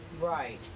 Right